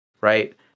right